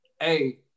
Hey